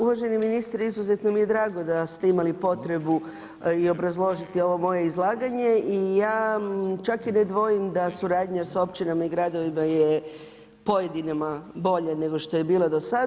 Uvaženi ministre, izuzetno mi je drago da ste imali potrebu i obrazložiti ovo moje izlaganje i ja čak i ne dvojim da suradnja s općinama i gradovima je pojedinima bolje nego što je bilo do sada.